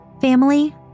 family